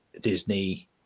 Disney